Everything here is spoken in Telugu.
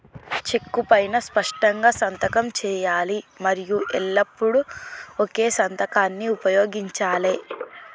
చెక్కు పైనా స్పష్టంగా సంతకం చేయాలి మరియు ఎల్లప్పుడూ ఒకే సంతకాన్ని ఉపయోగించాలే